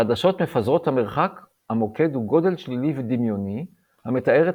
בעדשות מפזרות מרחק המוקד הוא גודל שלילי ודמיוני המתאר את